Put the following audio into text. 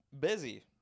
Busy